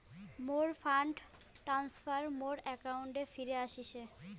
মোর fund transfer মোর অ্যাকাউন্টে ফিরি আশিসে